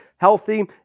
healthy